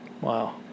Wow